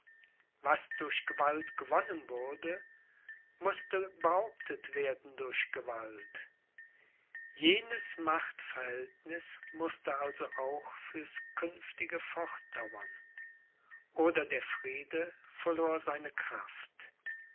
was durch gewalt gewonnen wurde mußte behauptet werden durch gewalt jenes machtverhältniß mußte also auch fürs künftige fortdauern oder der friede verlor seine kraft